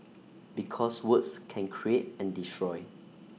because words can create and destroy